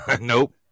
nope